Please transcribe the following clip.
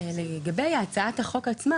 לגבי הצעת החוק עצמה,